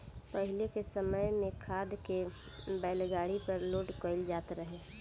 पाहिले के समय में खादर के बैलगाड़ी पर लोड कईल जात रहे